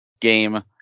game